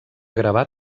gravar